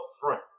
front